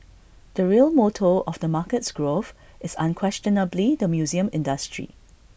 the real motor of the market's growth is unquestionably the museum industry